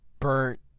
burnt